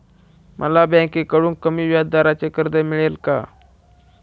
मला बँकेकडून कमी व्याजदराचे कर्ज मिळेल का?